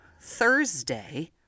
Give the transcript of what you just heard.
Thursday